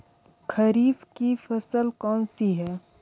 खरीफ की फसल कौन सी है?